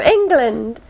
England